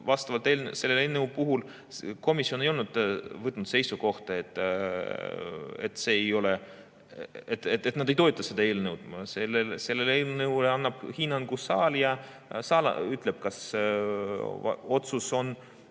vastava eelnõu puhul komisjon ei võtnud seisukohta, et nad ei toeta seda eelnõu. Sellele eelnõule annab hinnangu saal ja saal ütleb, kas anda